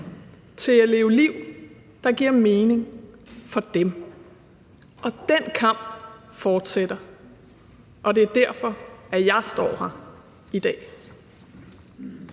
til at leve liv, der giver mening for dem. Den kamp fortsætter, og det er derfor, at jeg står her i dag.